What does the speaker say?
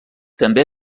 també